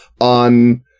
on